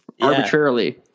arbitrarily